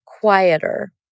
quieter